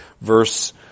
verse